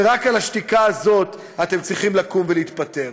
ורק על השתיקה הזאת אתם צריכים לקום ולהתפטר.